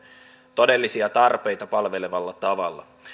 todellisia tarpeita palvelevalla tavalla